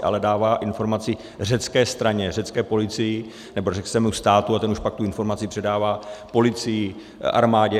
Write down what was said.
Ale dává informaci řecké straně, řecké policii, nebo řeckému státu a ten už pak tu informaci předává policii, armádě.